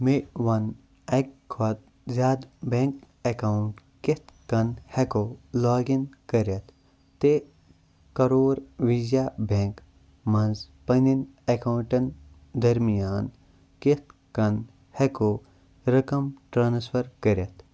مےٚ وَن اَکہِ کھۄتہٕ زیٛادٕ بیٚنٛک ایکاوُنٛٹ کِتھٕ کٔنۍ ہٮ۪کو لاگ اِن کٔرِتھ تہٕ کَرور ویٖزیا بیٚنٛک منٛز پَنٕنۍ ایکاوُنٛٹَن درمیان کِتھٕ کٔنۍ ہٮ۪کو رَقم ٹرٛانٕسفَر کٔرِتھ